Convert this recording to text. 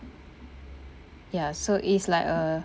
ya so it's like a